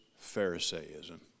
Pharisaism